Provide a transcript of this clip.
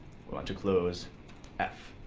we want to close f.